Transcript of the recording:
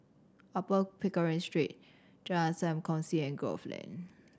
Upper Pickering Street Jalan Sam Kongsi and Grove Lane